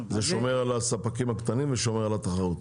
זה שומר על הספקים הקטנים ושומר על התחרות.